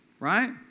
Right